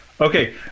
Okay